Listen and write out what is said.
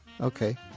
okay